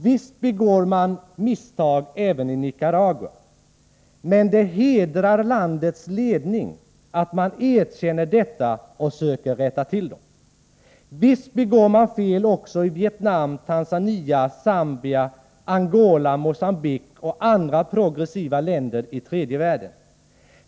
Visst begår man misstag även i Nicaragua, men det hedrar landets ledning att man erkänner detta och försöker rätta till dem. Visst begår man fel också i Vietnam, Tanzania, Zambia, Angola, Mogambique och andra progressiva länder i tredje världen.